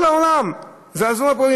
כל העולם זעזוע.